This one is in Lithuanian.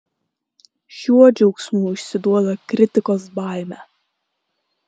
šiuo džiaugsmu išsiduoda kritikos baimę